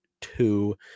two